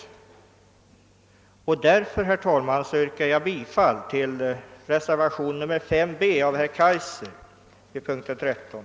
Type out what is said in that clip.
Med det anförda ber jag, herr talman, att få yrka bifall till reservationen 5 b av herr Kaijser vid punkten 13.